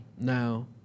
Now